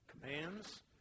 Commands